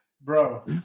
bro